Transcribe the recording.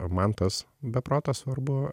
man tas be proto svarbu